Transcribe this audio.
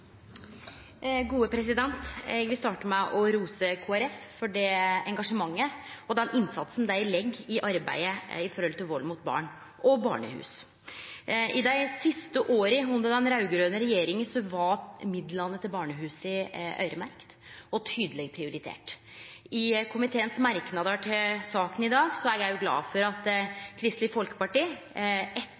Eg vil starte med å rose Kristeleg Folkeparti for det engasjementet og den innsatsen dei legg i arbeidet med førebygging av vald mot barn og med barnehus. I dei siste åra under den raud-grøne regjeringa var midlane til barnehusa øyremerkte og tydeleg prioriterte. Eg er glad for at Kristeleg Folkeparti i komitémerknadene til saka i dag